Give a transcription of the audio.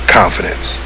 confidence